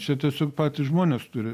čia tiesiog patys žmonės turi